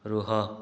ରୁହ